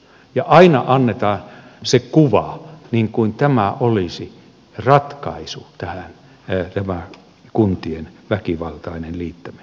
ja aina annetaan se kuva niin kuin tämä kuntien väkivaltainen liittäminen olisi ratkaisu